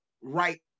right